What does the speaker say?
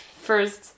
first